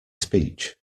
speech